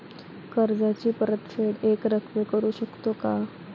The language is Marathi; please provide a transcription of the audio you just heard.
कर्जाची परतफेड एकरकमी करू शकतो का?